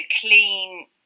clean